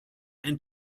and